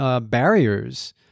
barriers